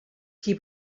qui